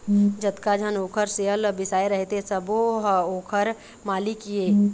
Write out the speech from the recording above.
जतका झन ओखर सेयर ल बिसाए रहिथे सबो ह ओखर मालिक ये